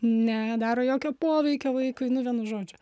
nedaro jokio poveikio vaikui nu vienu žodžiu